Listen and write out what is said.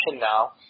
now